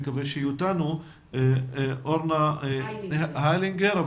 אורנה היילינגר,